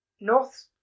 North